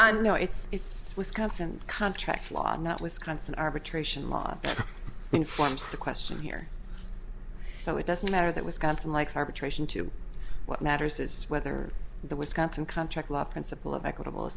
no it's wisconsin contract law not wisconsin arbitration law informs the question here so it doesn't matter that wisconsin likes arbitration too what matters is whether the wisconsin contract law principle of equitable